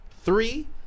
three